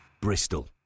Bristol